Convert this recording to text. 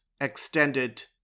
extended